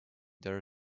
their